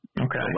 Okay